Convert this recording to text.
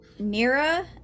Nira